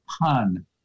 pun